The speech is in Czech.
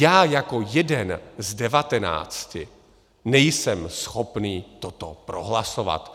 Já jako jeden z devatenácti nejsem schopen toto prohlasovat.